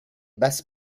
basses